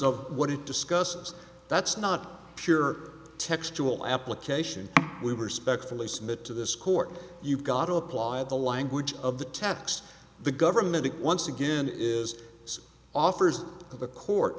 of what it discusses that's not pure textual application we were specked fully submit to this court you've got to apply the language of the text the government once again is offers to the court